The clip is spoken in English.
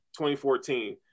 2014